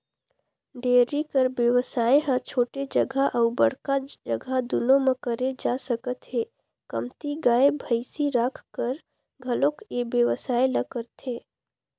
dairy कर बेवसाय ह छोटे जघा अउ बड़का जघा दूनो म करे जा सकत हे, कमती गाय, भइसी राखकर घलोक ए बेवसाय ल करथे